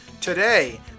today